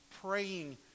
praying